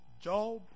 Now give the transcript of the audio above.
Job